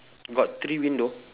got three window